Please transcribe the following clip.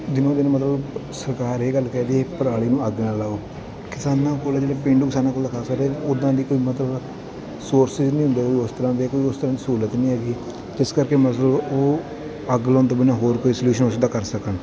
ਦਿਨੋਂ ਦਿਨ ਮਤਲਬ ਸਰਕਾਰ ਇਹ ਗੱਲ ਕਹਿ ਰਹੀ ਹੈ ਪਰਾਲੀ ਨੂੰ ਅੱਗ ਨਾ ਲਗਾਓ ਕਿਸਾਨਾਂ ਕੋਲ ਇਹ ਜਿਹੜੇ ਪੇਂਡੂ ਕਿਸਾਨਾਂ ਕੋਲ ਖਾਸਾ ਟਾਇਮ ਉੱਦਾਂ ਦੀ ਕੋਈ ਮਤਲਬ ਸੋਰਸਸ ਨਹੀਂ ਹੁੰਦੇ ਉਸ ਤਰ੍ਹਾਂ ਦੇ ਕੋਈ ਉਸ ਤਰ੍ਹਾਂ ਦੀ ਸਹੂਲਤ ਨਹੀਂ ਹੈਗੀ ਜਿਸ ਕਰਕੇ ਮਤਲਬ ਉਹ ਅੱਗ ਲਗਾਉਣ ਤੋਂ ਬਿਨਾਂ ਹੋਰ ਕੋਈ ਸਲਿਊਸ਼ਨ ਉਸ ਦਾ ਕਰ ਸਕਣ